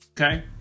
okay